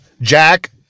Jack